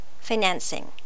Financing